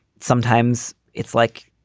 sometimes it's like,